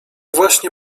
właśnie